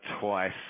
twice